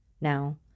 now